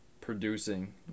producing